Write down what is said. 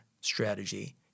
strategy